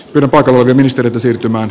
kyllä paikalla oli ministereitä siirtymään